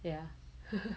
ya